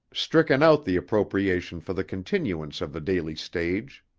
stricken out the appropriation for the continuance of the daily stage.